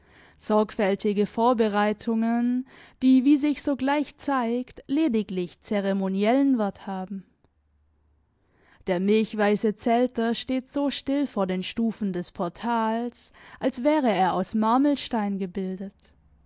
sorgfältige vorbereitungen die wie sich sogleich zeigt lediglich zeremoniellen wert haben der milchweiße zelter steht so still vor den stufen des portals als wäre er aus marmelstein gebildet